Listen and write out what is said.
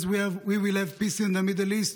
as we will have peace in the middle east,